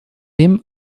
dem